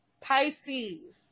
Pisces